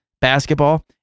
basketball